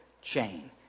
chain